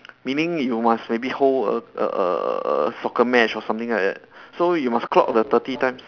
meaning you must maybe hold a a a a soccer match or something like that so you must clock the thirty times